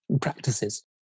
practices